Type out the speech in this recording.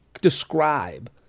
describe